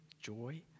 joy